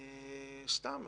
סתם,